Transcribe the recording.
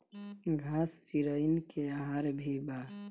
घास चिरईन के आहार भी बा